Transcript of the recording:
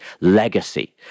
legacy